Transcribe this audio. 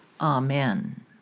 Amen